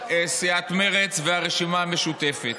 סיעת מרצ והרשימה המשותפת.